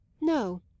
No